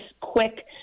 quick